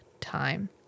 time